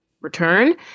return